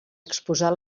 exposar